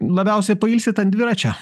labiausiai pailsit ant dviračio